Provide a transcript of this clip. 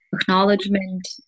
acknowledgement